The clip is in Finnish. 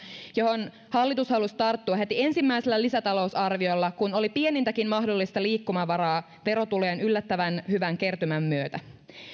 johon hallitus halusi tarttua heti ensimmäisellä lisätalousarviolla kun oli pienintäkin mahdollista liikkumavaraa verotulojen yllättävän hyvän kertymän myötä